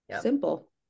simple